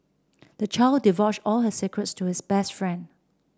the child divulged all his secrets to his best friend